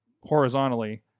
horizontally